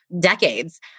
decades